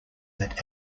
that